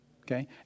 Okay